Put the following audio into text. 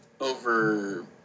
over